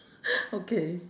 okay